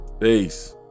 peace